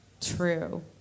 true